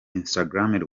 instagram